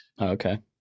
Okay